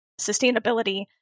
sustainability